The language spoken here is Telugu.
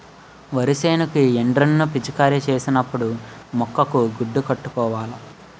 వరి సేనుకి ఎండ్రిన్ ను పిచికారీ సేసినపుడు ముక్కుకు గుడ్డ కట్టుకోవాల